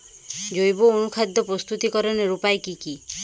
জৈব অনুখাদ্য প্রস্তুতিকরনের উপায় কী কী?